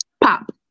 Pop